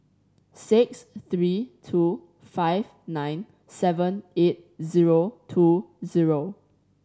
six three two five nine seven eight zero two zero